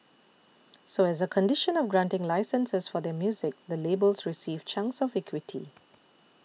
so as a condition of granting licences for their music the labels received chunks of equity